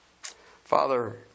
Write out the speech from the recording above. Father